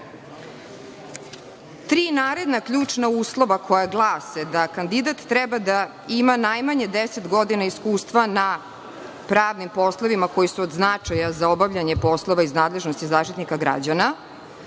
naredna ključna uslova koja glase da kandidat treba da ima najmanje 10 godina iskustva na pravnim poslovima, koji su od značaja za obavljanje poslova iz nadležnosti Zaštitnika građana.